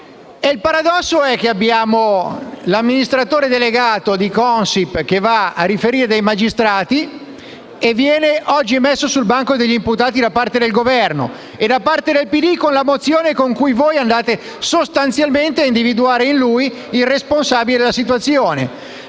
il paradosso è che l'amministratore delegato di Consip va a riferire ai magistrati e oggi viene messo sul banco degli imputati da parte del Governo e del PD con la mozione in cui sostanzialmente si individua in lui il responsabile della situazione,